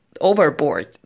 overboard